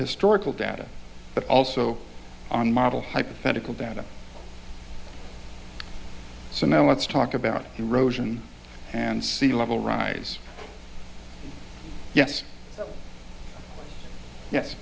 historical data but also on model hypothetical data so now let's talk about erosion and sea level rise yes yes